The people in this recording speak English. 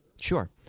Sure